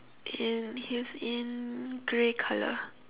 and he's in grey colour